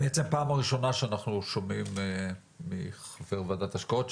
בעצם בפעם הראשונה שאנחנו שומעים מחבר ועדת השקעות.